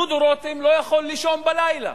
דודו רותם לא יכול לישון בלילה